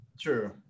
True